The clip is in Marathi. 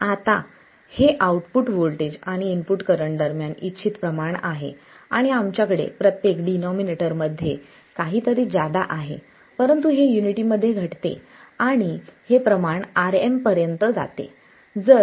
आता हे आऊटपुट व्होल्टेज आणि इनपुट करंट दरम्यान इच्छित प्रमाण आहे आणि आमच्याकडे प्रत्येक डिनॉमिनेटर मध्ये काहीतरी जादा आहे परंतु हे युनिटी मध्ये घटते आणि हे प्रमाण Rm पर्यंत जाते जर Ao ∞